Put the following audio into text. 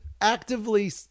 actively